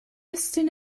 estyn